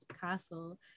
castle